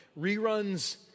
Reruns